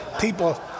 people